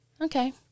Okay